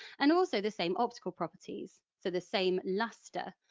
and also the same optical properties, so the same lustre,